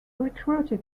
recruited